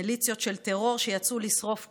מליציות של טרור שיצאו לשרוף כפר.